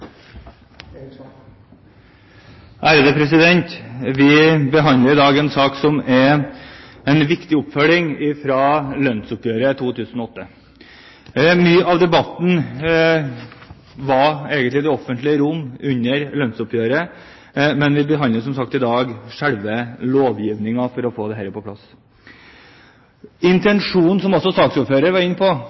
Vi behandler i dag en sak som er en viktig oppfølging av lønnsoppgjøret i 2008. Mye av debatten var egentlig i det offentlige rom under lønnsoppgjøret, men, som sagt, vi behandler i dag selve lovgivningen for å få dette på plass. Intensjonen – som også saksordføreren var inne på